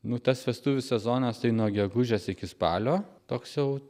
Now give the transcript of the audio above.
nu tas vestuvių sezonas tai nuo gegužės iki spalio toks jau